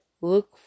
Look